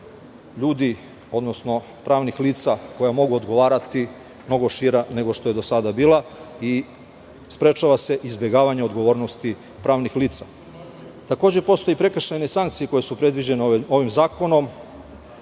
ljudi, odnosno pravnih lica koja mogu odgovarati mnogo šira nego što je do sada bila i sprečava se izbegavanje odgovornosti pravnih lica. Takođe postoje prekršajne sankcije koje su predviđene ovim zakonom,